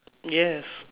yes